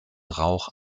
rauch